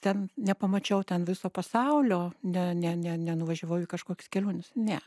ten nepamačiau ten viso pasaulio ne ne ne nenuvažiavau į kažkokias keliones ne